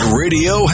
radio